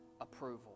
approval